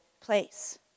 place